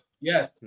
Yes